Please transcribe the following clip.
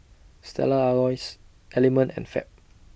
Stella Artois Element and Fab